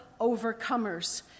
overcomers